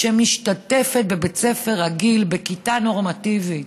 שמשתתפת בבית ספר רגיל בכיתה נורמטיבית.